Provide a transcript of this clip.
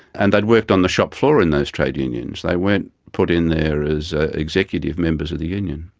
and they'd worked on the shop floor in those trade unions they weren't put in there as executive members of the union.